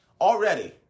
already